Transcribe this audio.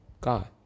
God